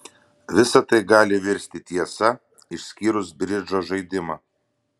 visa tai gali virsti tiesa išskyrus bridžo žaidimą